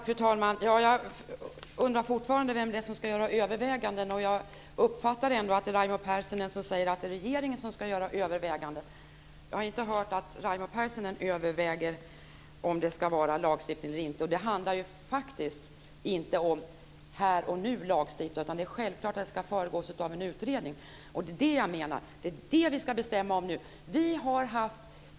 Fru talman! Jag undrar fortfarande vem det är som ska göra överväganden. Jag uppfattar ändå att Raimo Pärssinen säger att det är regeringen som ska göra överväganden. Jag har inte hört att Raimo Pärssinen överväger om det ska vara lagstiftning eller inte. Det handlar faktiskt inte om att här och nu lagstifta. Självklart ska detta föregås av en utredning. Det är det jag menar att vi ska bestämma nu.